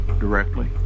directly